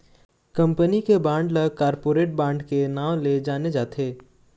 company के bond ल corporate bond के नांव ले जाने जाथे